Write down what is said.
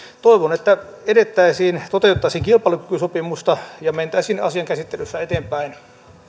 toivon että edettäisiin toteutettaisiin kilpailukykysopimusta ja mentäisiin asian käsittelyssä eteenpäin